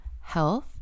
health